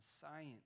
science